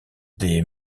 des